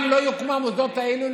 אם לא יוקמו המוסדות האלו,